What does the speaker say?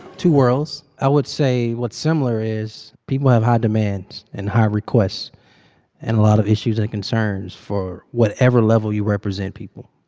two worlds. i would say what's similar is people have high demands and high requests and a lot of issues and concerns for whatever level you represent people.